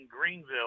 Greenville